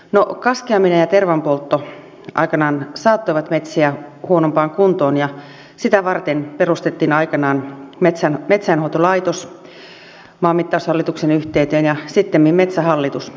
no kaskeaminen ja tervanpoltto aikanaan saattoivat metsiä huonompaan kuntoon ja sitä varten perustettiin aikoinaan metsänhoitolaitos maamittaushallituksen yhteyteen ja sittemmin metsähallitus